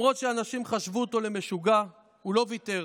למרות שאנשים חשבו אותו למשוגע, הוא לא ויתר,